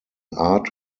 art